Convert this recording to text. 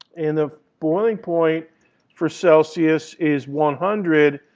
and the boiling point for celsius is one hundred.